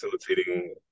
facilitating